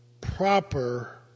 proper